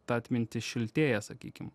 ta atmintis šiltėja sakykim